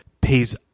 pays